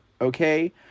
Okay